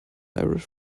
irish